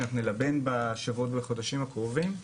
שאנחנו נלבן אותן בשבועות ובחודשים הקרובים.